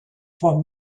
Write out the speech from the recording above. for